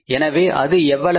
எனவே அது எவ்வளவு